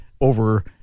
over